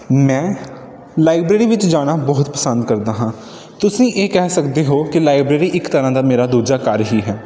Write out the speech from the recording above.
ਮੈਂ ਲਾਈਬ੍ਰੇਰੀ ਵਿੱਚ ਜਾਣਾ ਬਹੁਤ ਪਸੰਦ ਕਰਦਾ ਹਾਂ ਤੁਸੀਂ ਇਹ ਕਹਿ ਸਕਦੇ ਹੋ ਕਿ ਲਾਈਬ੍ਰੇਰੀ ਇੱਕ ਤਰ੍ਹਾਂ ਦਾ ਮੇਰਾ ਦੂਜਾ ਘਰ ਹੀ ਹੈ